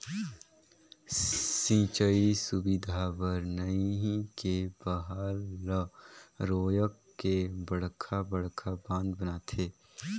सिंचई सुबिधा बर नही के बहाल ल रोयक के बड़खा बड़खा बांध बनाथे